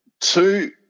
two